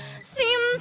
Seems